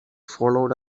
followed